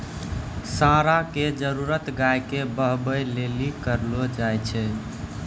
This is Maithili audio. साँड़ा के जरुरत गाय के बहबै लेली करलो जाय छै